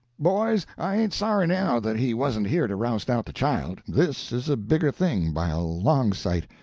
boys, i ain't sorry, now, that he wasn't here to roust out the child this is a bigger thing, by a long sight.